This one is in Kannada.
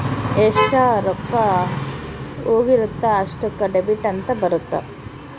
ಎಷ್ಟ ರೊಕ್ಕ ಹೋಗಿರುತ್ತ ಅಷ್ಟೂಕ ಡೆಬಿಟ್ ಅಂತ ಬರುತ್ತ